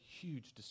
huge